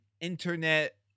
internet